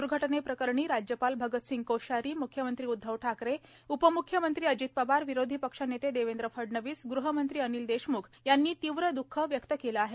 दुर्घटनेप्रकरणी राज्यपाल भगतसिंग कोश्यारी मुख्यमंत्री उदधव ठाकरे उपमुख्यमंत्री अजित पवार विरोधी पक्ष नेते देवेंद्र फडणवीस गृहमंत्री अनिल देशम्ख यांनी तीव्र द्ःख व्यक्त केलं आहे